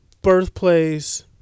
birthplace